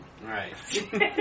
Right